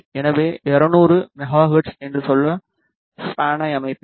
எனவே 200 megahertz என்று சொல்ல ஸ்பானை அமைப்பேன்